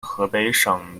河北省